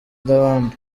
n’abandi